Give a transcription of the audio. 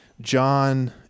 John